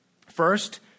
First